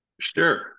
Sure